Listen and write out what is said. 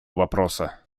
вопроса